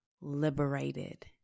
liberated